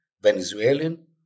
Venezuelan